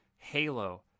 Halo